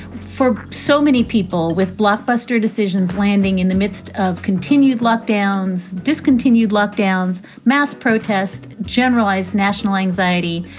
for so many people with blockbuster decisions landing in the midst of continued lockdowns, discontinued lockdowns, mass protest, generalized national anxiety.